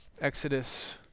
Exodus